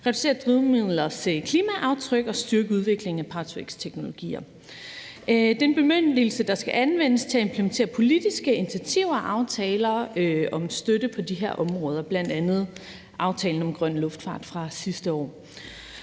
reducere drivmidlers klimaaftryk og styrke udviklingen af power-to-x-teknologier. Det er en bemyndigelse, der skal anvendes til at implementere politiske initiativer og aftaler om støtte på de her områder, bl.a. aftalen om grøn luftfart fra sidste år.